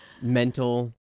Mental